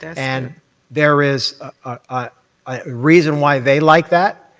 and there is a reason why they like that.